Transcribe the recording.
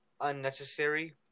unnecessary